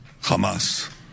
Hamas